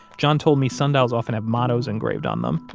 john told me sundials often have mottos engraved on them.